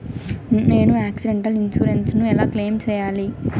నేను accidental insurance ను ఎలా క్లెయిమ్ సేయాలి?